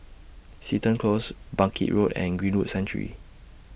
Seton Close Bangkit Road and Greenwood Sanctuary